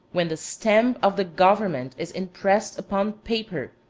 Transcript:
when the stamp of the government is impressed upon paper,